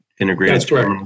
integrated